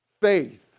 faith